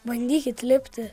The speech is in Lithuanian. bandykit lipti